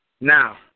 Now